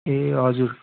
ए हजुर